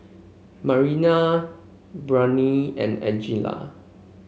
Mariana Bryant and Angella